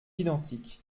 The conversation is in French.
identiques